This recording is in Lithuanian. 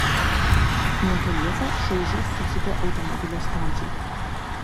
netoliese šaižiai sucypė automobilio stabdžiai